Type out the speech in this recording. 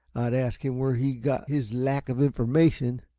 i'd ask him where he got his lack of information.